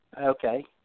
Okay